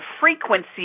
frequency